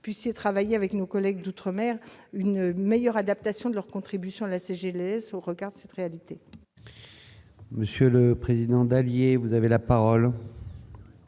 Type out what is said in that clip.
puissiez travailler avec nos collègues d'outre-mer à une meilleure adaptation de leur contribution à la CGLLS. La parole est à M.